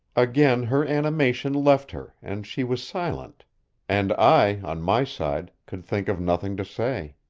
again her animation left her, and she was silent and i, on my side, could think of nothing to say.